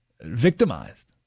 victimized